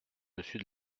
dessus